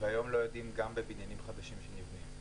היום לא יודעים גם בבניינים חדשים שנבנים?